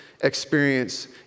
experience